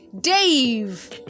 Dave